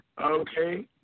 Okay